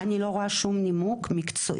לא רלוונטי.